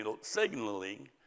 signaling